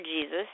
Jesus